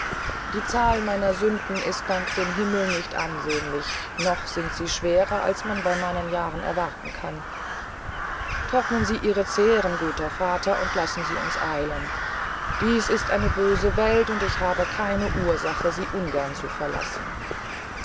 die zahl meiner sünden ist dank dem himmel nicht ansehnlich noch sind sie schwerer als man bey meinen jahren erwarten kann trocknen sie ihre zähren guter vater und lassen sie uns eilen dies ist eine böse welt und ich habe keine ursach sie ungern zu verlassen